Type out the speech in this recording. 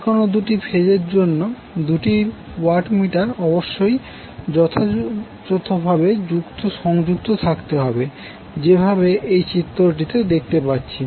যেকোনো দুটি ফেজের জন্য দুটি ওয়াট মিটার অবশ্যই যথাযথভাবে সংযুক্ত থাকতে হবে যেভাবে এই চিত্রটিতে দেখতে পাচ্ছি